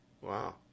Wow